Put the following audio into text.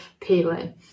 peeling